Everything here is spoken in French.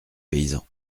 paysan